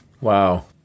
Wow